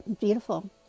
beautiful